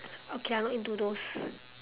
okay I not into those